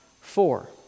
four